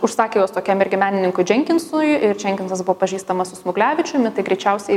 užsakė juos tokiam irgi menininkui dženkinsui ir dženkinsas buvo pažįstamas su smuglevičiumi tai greičiausiai